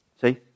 See